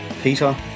Peter